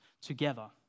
together